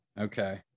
Okay